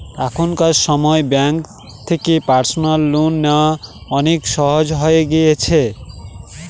এখনকার সময় ব্যাঙ্ক থেকে পার্সোনাল লোন নেওয়া অনেক সহজ হয়ে গেছে